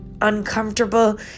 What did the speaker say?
uncomfortable